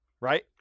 right